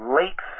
late